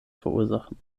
verursachen